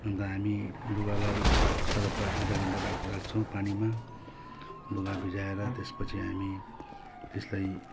अन्त हामी लुगालाई सर्फलाई आधा घण्टा राख् राख्छौँ पानीमा लुगा भिजाएर त्यस पछि हामी त्यसलाई